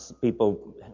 people